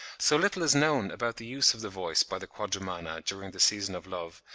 so little is known about the use of the voice by the quadrumana during the season of love,